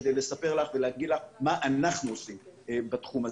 כדי לספר ולהגיד לך מה אנחנו עושים בתחום הזה.